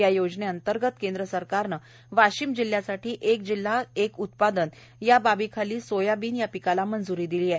या योजनेंतर्गत केंद्र सरकारने वाशिम जिल्ह्यासाठी एक जिल्हा एक उत्पादन या बाबीखाली सोयाबीन या पिकास मंजुरी दिली आहे